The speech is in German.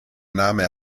name